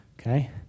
okay